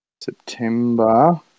September